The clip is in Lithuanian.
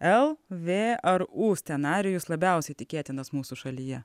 el vė ar u scenarijus labiausiai tikėtinas mūsų šalyje